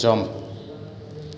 jump